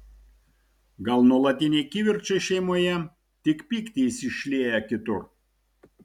gal nuolatiniai kivirčai šeimoje tik pyktį jis išlieja kitur